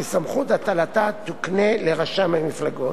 וסמכות הטלתה תוקנה לרשם המפלגות.